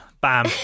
bam